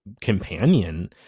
Companion